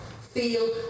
feel